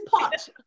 pot